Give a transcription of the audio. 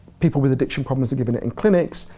people with addiction problems are given it in clinics.